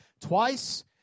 twice